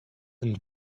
and